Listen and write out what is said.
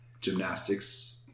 gymnastics